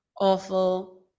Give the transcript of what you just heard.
awful